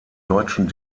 deutschen